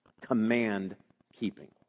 command-keeping